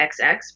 XX